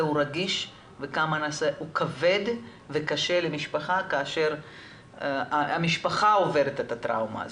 רגיש וכבד וקשה למשפחה כאשר המשפחה עוברת את הטראומה הזאת.